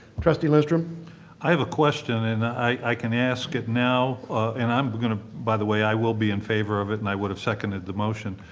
trustee david lindstrom i have a question and i can ask it now and i'm going to, by the way, i will be in favor of it and i would have seconded the motion